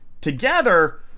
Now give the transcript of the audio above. together